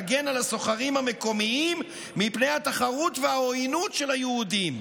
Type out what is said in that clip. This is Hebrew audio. להגן על הסוחרים המקומיים מפני התחרות והעוינות של היהודים.